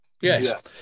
Yes